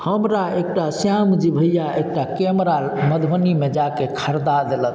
हमरा एकटा श्यामजी भैया एकटा कैमरा मधुबनीमे जाके खरीदा देलक